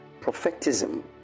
prophetism